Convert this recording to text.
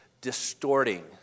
distorting